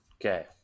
Okay